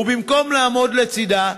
ובמקום לעמוד לצדה,